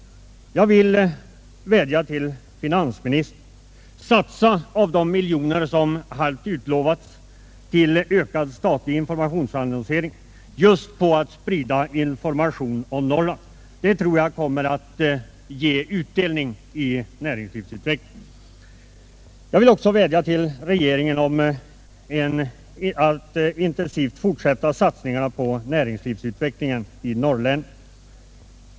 Jag vädjar till finansministern: satsa av de miljoner som halvt om halvt har utlovats till ökad informationsannonsering på att sprida information om Norrland! Det tror jag kommer att ge utdelning i form av en utveckling av näringslivet. Jag vädjar också till regeringen att den själv fortsätter att satsa på näringslivets utveckling i de norra länen.